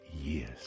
years